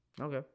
Okay